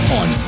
on